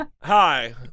Hi